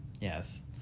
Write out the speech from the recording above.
Yes